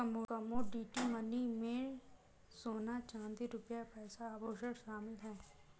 commodity money में सोना चांदी रुपया पैसा आभुषण शामिल है